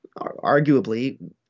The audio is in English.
arguably